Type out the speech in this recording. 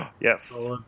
Yes